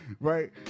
Right